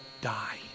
die